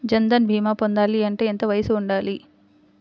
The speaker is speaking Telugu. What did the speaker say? జన్ధన్ భీమా పొందాలి అంటే ఎంత వయసు ఉండాలి?